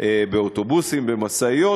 באוטובוסים ומשאיות,